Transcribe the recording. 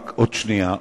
רק עוד שנייה אחת,